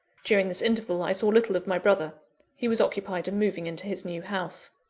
during this interval, i saw little of my brother he was occupied in moving into his new house.